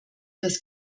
das